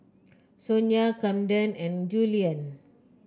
Sonya Kamden and Julian